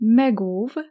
megóv